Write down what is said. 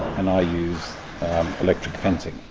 and i use electric fencing,